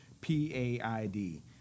p-a-i-d